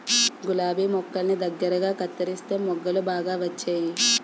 గులాబి మొక్కల్ని దగ్గరగా కత్తెరిస్తే మొగ్గలు బాగా వచ్చేయి